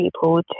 people